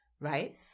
right